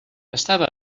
estava